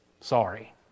Sorry